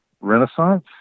renaissance